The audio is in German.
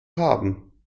haben